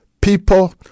people